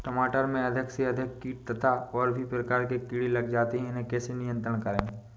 टमाटर में अधिक से अधिक कीट तथा और भी प्रकार के कीड़े लग जाते हैं इन्हें कैसे नियंत्रण करें?